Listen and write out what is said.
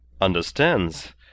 Understands